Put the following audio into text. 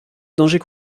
dangers